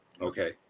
Okay